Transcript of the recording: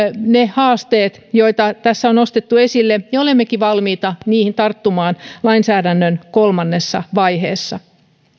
ne haasteet joita tässä on nostettu esille ja olemmekin valmiita niihin tarttumaan lainsäädännön kolmannessa vaiheessa